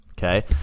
Okay